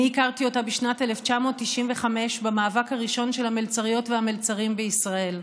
אני הכרתי אותה בשנת 1995 במאבק הראשון של המלצריות והמלצרים בישראל.